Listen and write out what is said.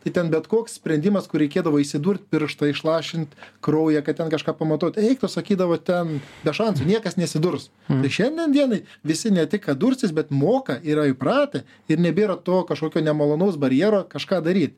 tai ten bet koks sprendimas kur reikėdavo įsidurt pirštą išlašint kraują kad ten kažką pamatuot eik tu sakydavo ten be šansų niekas nesidurs tai šiandien dienai visi ne tik kad dursis bet moka yra įpratę ir nebėra to kažkokio nemalonaus barjero kažką daryt